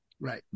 right